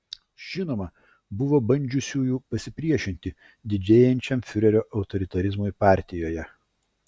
žinoma buvo bandžiusiųjų pasipriešinti didėjančiam fiurerio autoritarizmui partijoje